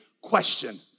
question